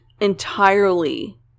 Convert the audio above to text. entirely